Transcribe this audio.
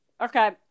Okay